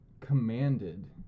commanded